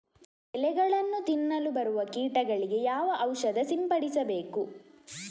ಎಲೆಗಳನ್ನು ತಿನ್ನಲು ಬರುವ ಕೀಟಗಳಿಗೆ ಯಾವ ಔಷಧ ಸಿಂಪಡಿಸಬೇಕು?